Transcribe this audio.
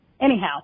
Anyhow